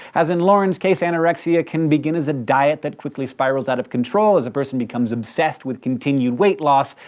as in lauren's case, anorexia can begin as a diet that quickly spirals out of control as a person becomes obsessed with continued weight loss,